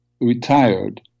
retired